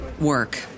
work